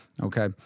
Okay